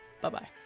Bye-bye